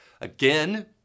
Again